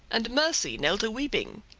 and mercy knelt a-weeping.